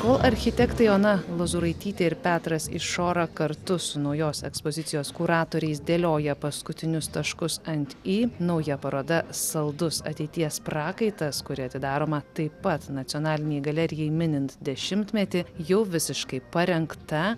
kol architektai ona lozuraitytė ir petras išora kartu su naujos ekspozicijos kuratoriais dėlioja paskutinius taškus ant i nauja paroda saldus ateities prakaitas kuri atidaroma taip pat nacionalinei galerijai minint dešimtmetį jau visiškai parengta